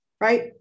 right